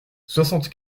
soixante